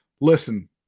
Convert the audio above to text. listen